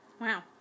Wow